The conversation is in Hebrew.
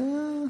אהה.